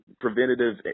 preventative